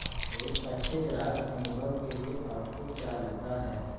एक अच्छे ग्राहक अनुभव के लिए आपको क्या लगता है?